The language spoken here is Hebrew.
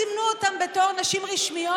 סימנו אותן בתור נשים רשמיות,